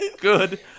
good